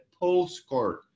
postcard